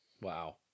wow